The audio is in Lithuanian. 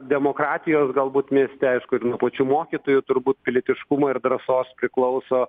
demokratijos galbūt mieste aišku ir nuo pačių mokytojų turbūt pilietiškumo ir drąsos priklauso